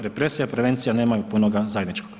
Represija i prevencija nemaju punoga zajedničkog.